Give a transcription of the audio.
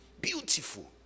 Beautiful